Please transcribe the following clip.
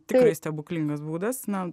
tikrai stebuklingas būdas na